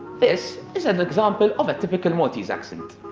this is an example of a typical maltese accent